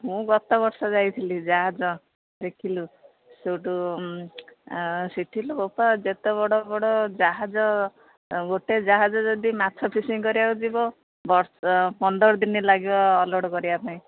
ମୁଁ ଗତବର୍ଷ ଯାଇଥିଲି ଯାହାଜ ଦେଖିଲୁ ସେଉଠୁ ସେଠି ଲୋ ବାପା ଯେତେ ବଡ଼ ବଡ଼ ଯାହାଜ ଗୋଟେ ଯାହାଜ ଯଦି ମାଛ ଫିସିଂ କରିବାକୁ ଯିବ ବର୍ଷ ପନ୍ଦର ଦିନ ଲାଗିବ ଅନ୍ଲୋଡ଼ କରିବା ପାଇଁ